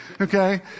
okay